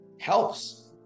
helps